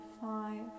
five